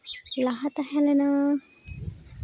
ᱞᱟᱦᱟ ᱛᱟᱦᱮᱸ ᱞᱮᱱᱟ